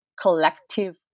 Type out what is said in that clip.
collective